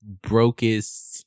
brokest